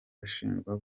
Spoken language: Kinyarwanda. ashinjwa